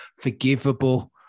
forgivable